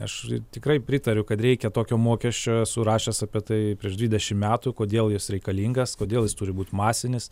aš tikrai pritariu kad reikia tokio mokesčio esu rašęs apie tai prieš dvidešimt metų kodėl jis reikalingas kodėl jis turi būt masinis